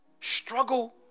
struggle